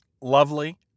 lovely